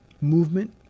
movement